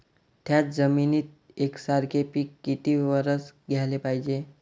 थ्याच जमिनीत यकसारखे पिकं किती वरसं घ्याले पायजे?